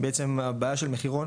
בעצם הבעיה של מחירון,